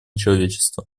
человечества